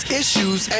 issues